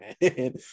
man